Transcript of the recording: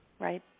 Right